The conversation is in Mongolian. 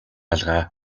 алга